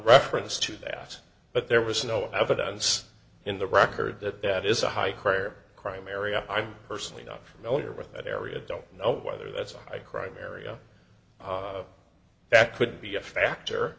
reference to that but there was no evidence in the record that that is a high crime or crime area i'm personally not only are with that area don't know whether that's a high crime area that could be a factor